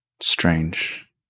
strange